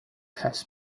has